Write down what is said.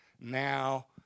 now